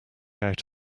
out